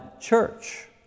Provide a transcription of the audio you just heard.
church